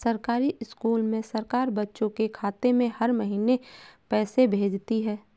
सरकारी स्कूल में सरकार बच्चों के खाते में हर महीने पैसे भेजती है